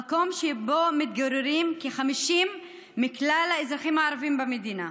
המקום שבו מתגוררים כ-50% מכלל האזרחים הערבים במדינה.